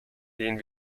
lehnen